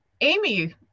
Amy